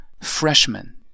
freshman